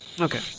Okay